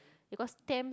because stamps